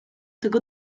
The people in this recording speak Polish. tego